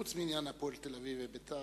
חוץ מעניין "הפועל תל-אביב" ו"בית"ר".